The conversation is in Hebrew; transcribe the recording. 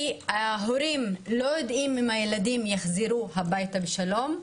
ההורים לא יודעים אם הילדים יחזרו הביתה בשלום,